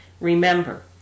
Remember